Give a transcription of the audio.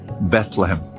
Bethlehem